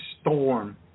storm